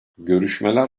görüşmeler